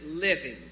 living